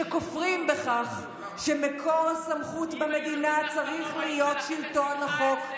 שכופרים בכך שמקור הסמכות במדינה צריך להיות שלטון החוק,